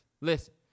Listen